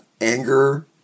Anger